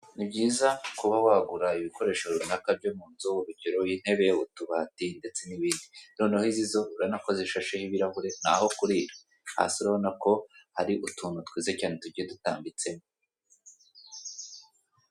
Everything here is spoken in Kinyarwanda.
Ni byiza kuba wagura ibikoresho runaka byo mu nzu, urugero intebe, utubati ndetse n'ibindi noneho izi zo urabona ko zishasheho y'ibirahure ni aho kurira, hasi urabona ko hari utuntu twiza cyane tugiye dutambitse.